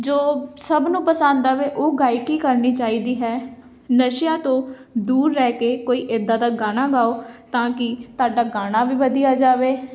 ਜੋ ਸਭ ਨੂੰ ਪਸੰਦ ਆਵੇ ਉਹ ਗਾਇਕੀ ਕਰਨੀ ਚਾਹੀਦੀ ਹੈ ਨਸ਼ਿਆਂ ਤੋਂ ਦੂਰ ਰਹਿ ਕੇ ਕੋਈ ਇੱਦਾਂ ਦਾ ਗਾਣਾ ਗਾਓ ਤਾਂ ਕਿ ਤੁਹਾਡਾ ਗਾਣਾ ਵੀ ਵਧੀਆ ਜਾਵੇ